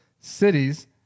cities